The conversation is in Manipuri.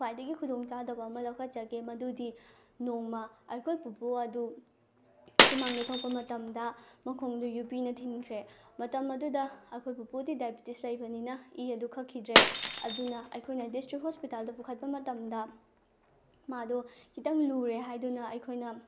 ꯈ꯭ꯋꯥꯏꯗꯒꯤ ꯈꯨꯗꯣꯡ ꯆꯥꯗꯕ ꯑꯃ ꯂꯧꯈꯠꯆꯒꯦ ꯃꯗꯨꯗꯤ ꯅꯣꯡꯃ ꯑꯩꯈꯣꯏ ꯄꯨꯄꯨ ꯑꯗꯨ ꯁꯨꯃꯥꯡꯗ ꯊꯣꯛꯄ ꯃꯇꯝꯗ ꯃꯈꯣꯡꯗꯨ ꯌꯣꯠꯄꯤꯅ ꯊꯤꯟꯈ꯭ꯔꯦ ꯃꯇꯝ ꯑꯗꯨꯗ ꯑꯩꯈꯣꯏ ꯄꯨꯄꯨꯗꯤ ꯗꯥꯏꯕꯦꯇꯤꯁ ꯂꯩꯕꯅꯤꯅ ꯏ ꯑꯗꯨ ꯈꯛꯈꯤꯗ꯭ꯔꯦ ꯑꯗꯨꯅ ꯑꯩꯈꯣꯏꯅ ꯗꯤꯁꯇ꯭ꯔꯤꯛ ꯍꯣꯁꯄꯤꯇꯥꯜꯗ ꯄꯨꯈꯠꯄ ꯃꯇꯝꯗ ꯃꯥꯗꯣ ꯈꯤꯇꯪ ꯂꯨꯔꯦ ꯍꯥꯏꯗꯨꯅ ꯑꯩꯈꯣꯏꯅ